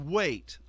wait